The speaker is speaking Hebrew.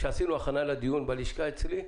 כשעשינו הכנה לדיון בלשכה אצלי,